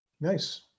Nice